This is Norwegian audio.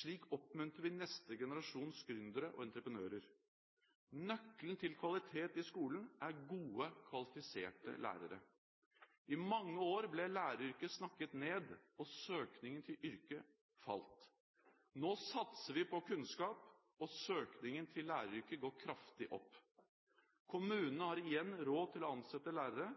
Slik oppmuntrer vi neste generasjons gründere og entreprenører. Nøkkelen til kvalitet i skolen er gode, kvalifiserte lærere. I mange år ble læreryrket snakket ned, og søkningen til yrket falt. Nå satser vi på kunnskap, og søkningen til læreryrket går kraftig opp. Kommunene har igjen råd til å ansette lærere.